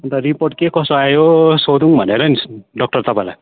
अन्त रिपोर्ट के कसो आयो सोधौँ भनेर नि डाक्टर तपाईँलाई